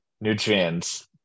nutrients